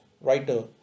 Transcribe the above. writer